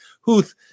Huth